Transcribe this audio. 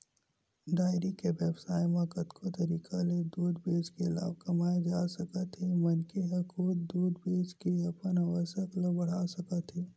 dairy के बेवसाय म कतको तरीका ले दूद बेचके लाभ कमाए जा सकत हे मनखे ह खुदे दूद बेचे के अपन आवक ल बड़हा सकत हे